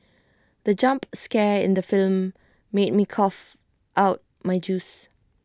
the jump scare in the film made me cough out my juice